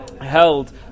held